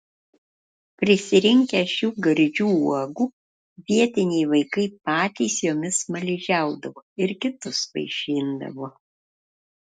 prisirinkę šių gardžių uogų vietiniai vaikai patys jomis smaližiaudavo ir kitus vaišindavo